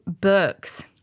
books